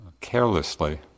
carelessly